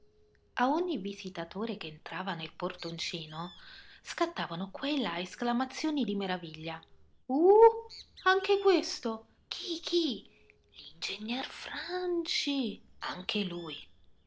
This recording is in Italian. a ogni visitatore che entrava nel portoncino scattavano qua e là esclamazioni di meraviglia uh anche questo chi chi l'ingegner franci anche lui